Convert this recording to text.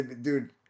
Dude